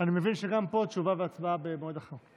אני מבין שגם פה תשובה והצבעה במועד אחר.